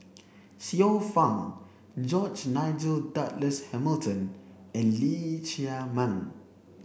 Xiu Fang George Nigel Douglas Hamilton and Lee Chiaw Meng